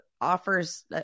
offers